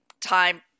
time